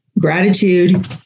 gratitude